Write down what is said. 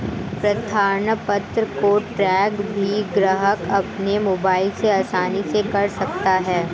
प्रार्थना पत्र को ट्रैक भी ग्राहक अपने मोबाइल से आसानी से कर सकता है